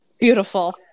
Beautiful